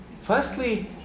Firstly